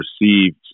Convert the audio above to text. received